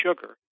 sugar